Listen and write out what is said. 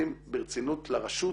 מתייחסים ברצינות לרשות